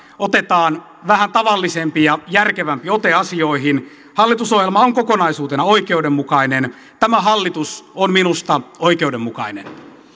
otetaan vähän tavallisempi ja järkevämpi ote asioihin hallitusohjelma on kokonaisuutena oikeudenmukainen tämä hallitus on minusta oikeudenmukainen